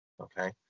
Okay